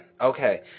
okay